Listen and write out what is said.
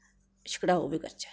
छ्कड़ाऊ बी करचै